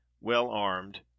well-armed